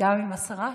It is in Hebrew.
וגם עם השרה,